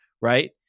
right